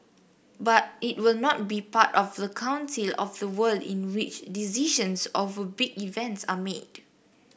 but it will not be part of the council of the world in which decisions over big events are made